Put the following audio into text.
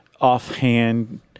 offhand